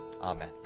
Amen